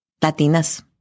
Latinas